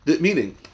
Meaning